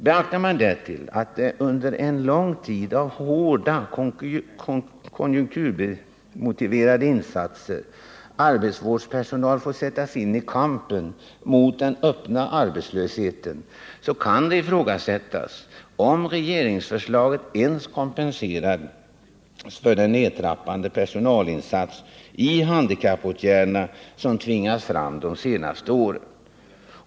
Beaktar man därtill att, under en lång tid av hårda konjunkturmotiverade insatser, arbetsvårdspersonal fått sättas in i kampen mot den öppna arbetslösheten, kan det ifrågasättas om regeringsförslaget ens kompenserar den nedtrappade personalinsats för handikappåtgärderna som tvingats fram de senaste åren.